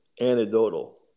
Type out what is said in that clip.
anecdotal